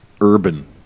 urban